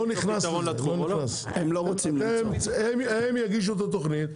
הם יגישו את התוכנית,